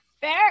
fair